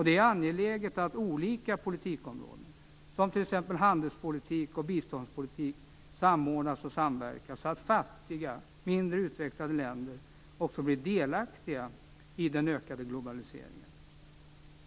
Det är angeläget att olika politikområden, t.ex. handelspolitik och biståndspolitik, samordnas och samverkar, så att fattiga och mindre utvecklade länder också blir delaktiga i den ökade globaliseringen.